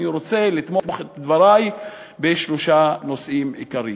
אני רוצה לתמוך את דברי בשלושה נושאים עיקריים.